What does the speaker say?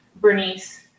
Bernice